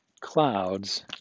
clouds